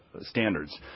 standards